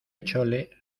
chole